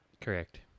Correct